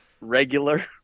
regular